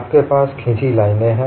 आपके पास खिंची लाइनें हैं